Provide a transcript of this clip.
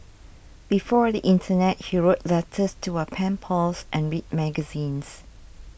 before the internet he wrote letters to our pen pals and read magazines